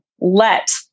let